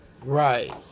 Right